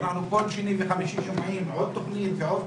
אנחנו כל שני וחמישי שומעים על עוד תוכנית ועוד תוכנית.